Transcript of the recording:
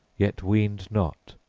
yet weened not,